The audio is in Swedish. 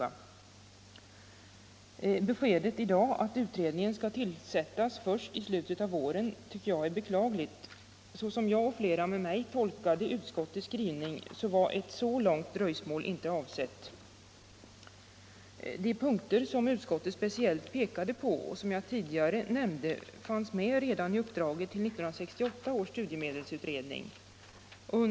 Beskedet i dag att utredningen skall tillsättas först i slutet av våren tycker jag är beklagligt. Så som jag och flera med mig tolkade utskottets skrivning var ett så långt dröjsmål inte avsett. De punkter som utskottet speciellt pekade på och som jag tidigare nämnde fanns med redan i uppdraget till 1968 års studiemedelsutredning.